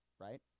right